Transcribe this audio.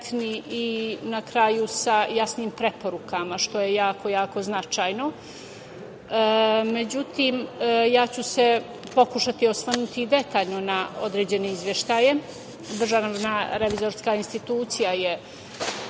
i na kraju sa jasnim preporukama što je jako, jako značajno.Međutim, ja ću se pokušati osvrnuti detaljno na određene izveštaje. Državna revizorska institucija je